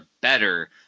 better